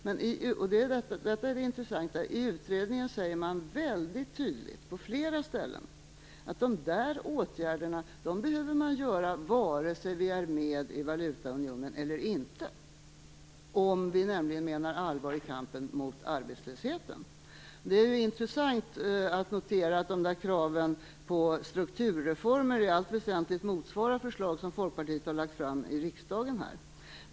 Men det intressanta är att utredningen på flera ställen väldigt tydligt också säger att dessa åtgärder behöver göras vare sig vi är med i valutaunionen eller inte, nämligen om vi menar allvar med kampen mot arbetslösheten. Det är intressant att notera att dessa krav på strukturreformer i allt väsentligt motsvarar förslag som Folkpartiet har lagt fram här i riksdagen.